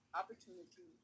opportunity